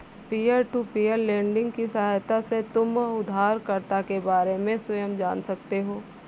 peer to peer lending की सहायता से तुम उधारकर्ता के बारे में स्वयं जान सकते हो